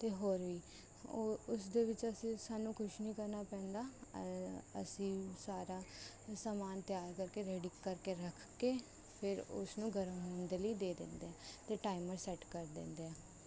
ਅਤੇ ਹੋਰ ਵੀ ਉਹ ਉਸਦੇ ਵਿੱਚ ਅਸੀਂ ਸਾਨੂੰ ਕੁਛ ਨਹੀਂ ਕਰਨਾ ਪੈਂਦਾ ਅਸੀਂ ਸਾਰਾ ਸਮਾਨ ਤਿਆਰ ਕਰਕੇ ਰੇਡੀ ਕਰਕੇ ਰੱਖ ਕੇ ਫੇਰ ਉਸਨੂੰ ਗਰਮ ਹੋਣ ਦੇ ਲਈ ਦੇ ਦਿੰਦੇ ਅਤੇ ਟਾਈਮਰ ਸੈੱਟ ਕਰ ਦਿੰਦੇ ਹਾਂ